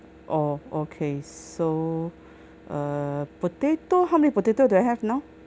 orh okay so err potato how many potato do I have now